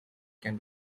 can